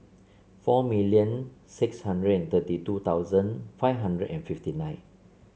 four million six hundred and thirty two thousand five hundred and fifty nine